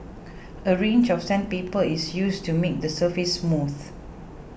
a range of sandpaper is used to make the surface smooth